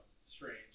strange